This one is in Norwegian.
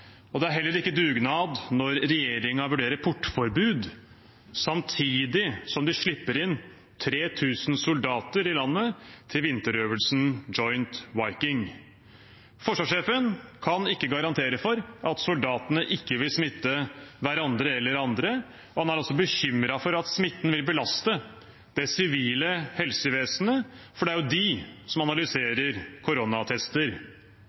Det er heller ikke dugnad når regjeringen vurderer portforbud samtidig som de slipper inn 3 000 soldater i landet til vinterøvelsen Joint Viking. Forsvarssjefen kan ikke garantere for at soldatene ikke vil smitte hverandre eller andre, og han er også bekymret for at smitten vil belaste det sivile helsevesenet, for det er jo de som analyserer koronatester.